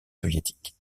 soviétiques